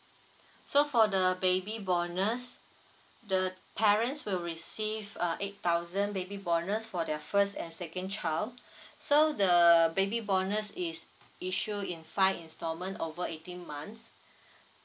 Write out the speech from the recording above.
so for the baby bonus the parents will receive a eight thousand baby bonus for their first and second child so the baby bonus is issue in five installment over eighteen months